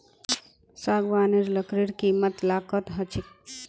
सागवानेर लकड़ीर कीमत लाखत ह छेक